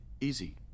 Easy